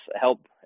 help